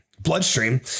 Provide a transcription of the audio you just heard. Bloodstream